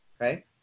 okay